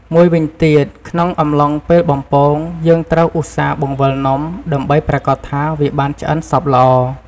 មួយវិញទៀត ក្នុងអំឡុងពេលបំពង យើងត្រូវឧស្សាហ៍បង្វិលនំ ដើម្បីប្រាកដថា វាបានឆ្អិនសព្វល្អ។